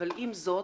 אבל עם זאת,